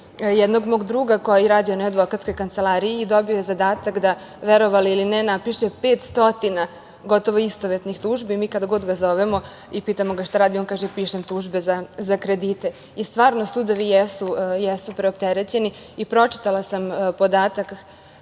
jednog mog druga koji radi u jednoj advokatskoj kancelariji. Dobio je zadatak da, verovali ili ne, napiše 500 gotovo istovetnih tužbi. Kad god ga zovemo i pitamo ga šta radi, on kaže – pišem tužbe za kredite. I stvarno, sudovi jesu preopterećeni. Pročitala sam podatak